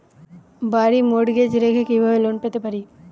বাড়ি মর্টগেজ রেখে কিভাবে লোন পেতে পারি?